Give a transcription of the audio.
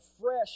fresh